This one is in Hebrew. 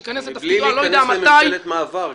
שאני לא יודע מתי ייכנס לתפקידו --- מבלי להיכנס לממשלת מעבר גם.